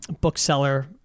bookseller